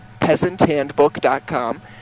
peasanthandbook.com